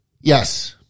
yes